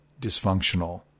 dysfunctional